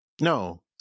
no